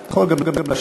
אתה יכול גם לשבת.